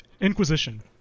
Inquisition